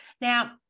Now